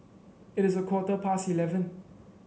it is a quarter past eleven